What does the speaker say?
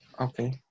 Okay